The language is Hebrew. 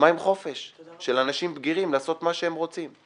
מה עם חופש של אנשים בגירים לעשות מה שהם רוצים?